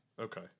Okay